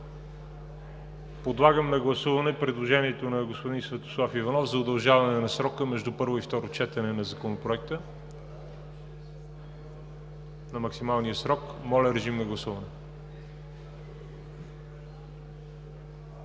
Подлагам на гласуване предложението на господин Станислав Иванов за удължаване на срока между първо и второ четене на Законопроекта до максималния срок. Гласували